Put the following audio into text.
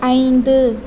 ஐந்து